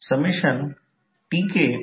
म्हणून तेथे v2 M21 d i1 dt असेल